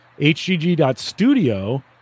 HGG.studio